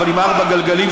אבל עם ארבעה גלגלים,